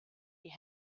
die